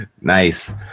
Nice